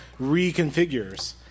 reconfigures